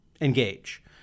engage